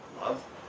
love